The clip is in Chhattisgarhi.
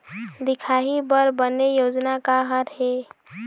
दिखाही बर बने योजना का हर हे?